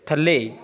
ਥੱਲੇ